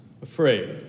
Afraid